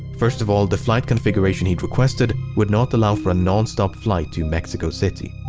first of all, the flight configuration he'd requested would not allow for a non-stop flight to mexico city.